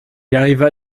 arriva